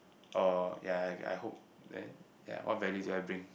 oh ya ya I hope that ya what values do I bring